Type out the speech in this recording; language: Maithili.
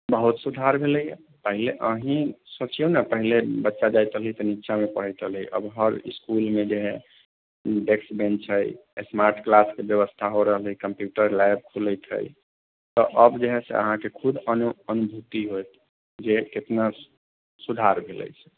बहुत सुधार भेलैया पहिले अहीं सोचियौ ने पहिले बच्चा जाइ छलै तऽ नीचाँमे पढ़ैत रहलैए अब हर इसकुलमे जे है डेस्क बेन्च है स्मार्ट क्लास के व्यवस्था हो रहल है कम्प्युटर लैब खुलैत है तऽ अब जे है से अहाँकेँ खुद अनुभुति होएत जे केतना सुधर भेलै